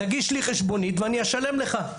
תגיש לי חשבונית ואני אשלם לך.